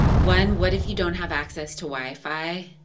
one what if you don't have access to wi-fi?